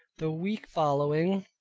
the week following,